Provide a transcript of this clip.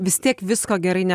vis tiek visko gerai ne